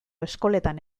eskoletan